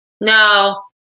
No